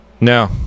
No